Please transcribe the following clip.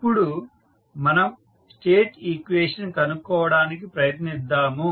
ఇప్పుడు మనం state equation కనుక్కోవడానికి ప్రయత్నిద్దాము